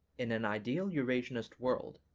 in an ideal eurasianist world,